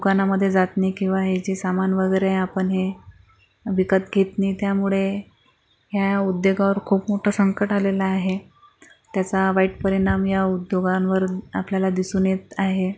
दुकानामध्ये जात नाही किंवा हे जे सामान वगैरे आहे आपण हे विकत घेत नाही त्यामुळे ह्या उद्योगावर खूप मोठं संकट आलेलं आहे त्याचा वाईट परिणाम या उद्योगांवर आपल्याला दिसून येत आहे